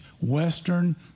Western